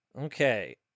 Okay